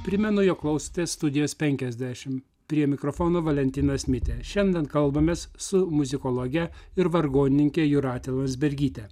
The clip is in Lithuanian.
primenu jog klausotės studijos penkiasdešim prie mikrofono valentinas mitė šiandien kalbamės su muzikologe ir vargonininke jūrate landsbergyte